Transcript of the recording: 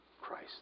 Christ